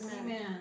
Amen